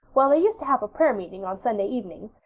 well, they used to have a prayer meeting on sunday evenings,